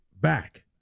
back